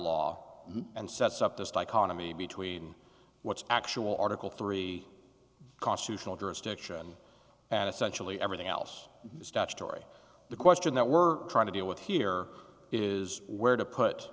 law and sets up this dichotomy between what's actual article three constitutional jurisdiction and essentially everything else statutory the question that we're trying to deal with here is where to